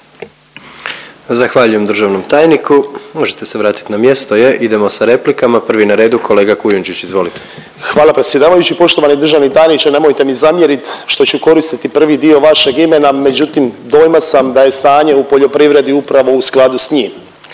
Zahvaljujem državnom tajniku. Možete se vratiti na mjesto, je. Idemo sa replikama. Prvi na redu je kolega Kujundžić, izvolite. **Kujundžić, Ante (MOST)** Hvala predsjedavajući. Poštovani državni tajniče nemojte mi zamjerit što ću koristiti prvi dio vašeg imena, međutim dojma sam da je stanje u poljoprivredi upravo u skladu sa njim.